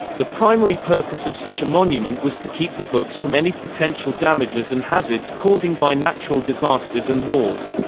the primary purpose of such a monument was to keep the books from any potential damages and hazards causing by natural disasters and wars.